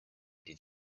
did